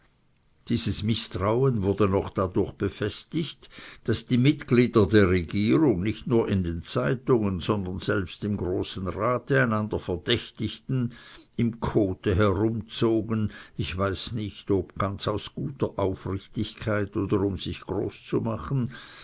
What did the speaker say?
dieses mißtrauen wurde noch dadurch befestigt daß die mitglieder der regierung nicht nur in den zeitungen sondern selbst im großen rate einander verdächtigten im kote herumzogen ich weiß nicht ob ganz aus guter aufrichtigkeit oder um sich groß zu machen